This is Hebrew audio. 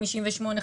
58,